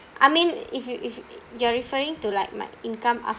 I mean if you if you're referring to like my income